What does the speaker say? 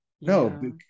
No